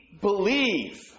believe